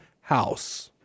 House